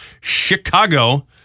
Chicago